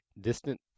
distant